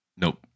Nope